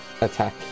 attack